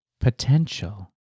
Potential